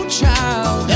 child